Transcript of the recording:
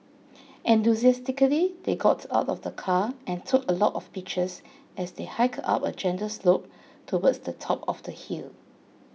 enthusiastically they got out of the car and took a lot of pictures as they hiked up a gentle slope towards the top of the hill